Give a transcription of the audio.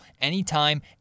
anytime